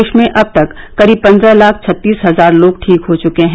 देश में अब तक करीब पन्द्रह लाख छत्तीस हजार लोग ठीक हो चुके हैं